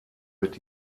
mit